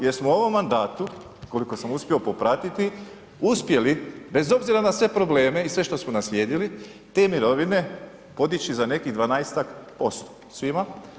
Jer smo u ovom mandatu, koliko sam uspio popratiti, uspjeli bez obzira na sve probleme i sve što smo naslijedili, te mirovine podići za nekih 12-estak posto svima.